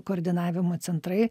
koordinavimo centrai